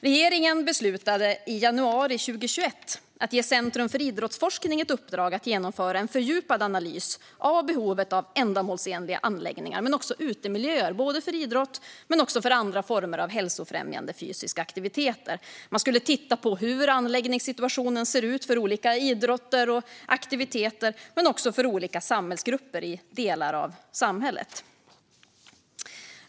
Regeringen beslutade i januari 2021 att ge Centrum för idrottsforskning i uppdrag att genomföra en fördjupad analys av behovet av ändamålsenliga anläggningar och utemiljöer både för idrott och för andra former av hälsofrämjande fysiska aktiviteter. Man skulle titta på hur anläggningssituationen ser ut för olika idrotter och aktiviteter men också för olika samhällsgrupper i delar av samhället.